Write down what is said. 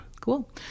cool